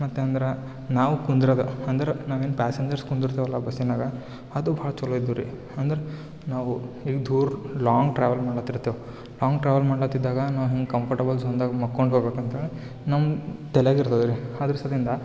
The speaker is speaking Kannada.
ಮತ್ತು ಅಂದ್ರೆ ನಾವು ಕುಂದ್ರೋದು ಅಂದ್ರೆ ನಾವೇನು ಪ್ಯಾಸೆಂಜರ್ಸ್ ಕುಂದ್ರುತೀವಲ ಬಸ್ಸಿನಾಗ ಅದು ಭಾಳ ಚಲೋ ಇದ್ವು ರೀ ಅಂದ್ರೆ ನಾವು ಈಗ ದೂರ ಲಾಂಗ್ ಟ್ರಾವೆಲ್ ಮಾಡಿ ಹತ್ತರ್ತೇವ್ ಲಾಂಗ್ ಟ್ರಾವೆಲ್ ಮಾಡ್ಲು ಹತ್ತಿದಾಗ ನ ಹೆಂಗೆ ಕಂಫರ್ಟೆಬಲ್ ಜೋನ್ದಾಗ ಮಕ್ಕೊಂಡು ಬರ್ಬೆಕು ಅಂತೇಳಿ ನಮ್ಮ ತಲೆಯಾಗ್ ಇರ್ತದ್ರಿ ಅದ್ರ ಸಲಿಂದ